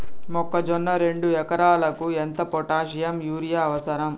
మొక్కజొన్న రెండు ఎకరాలకు ఎంత పొటాషియం యూరియా అవసరం?